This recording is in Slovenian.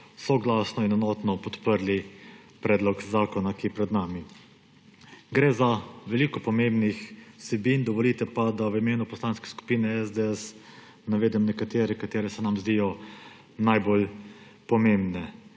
soglasno in enotno podprli predlog zakona, ki je pred nami. Gre za veliko pomembnih vsebin, dovolite pa, da v imenu Poslanske skupine SDS navedem nekatere, ki se nam zdijo najbolj pomembne.